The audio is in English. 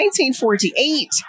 1948